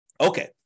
Okay